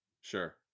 Sure